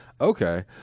Okay